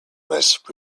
must